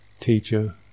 teacher